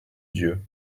dieu